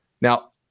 Now